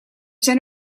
zijn